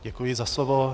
Děkuji za slovo.